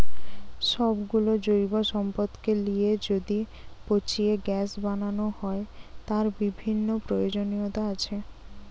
সব গুলো জৈব সম্পদকে লিয়ে যদি পচিয়ে গ্যাস বানানো হয়, তার বিভিন্ন প্রয়োজনীয়তা আছে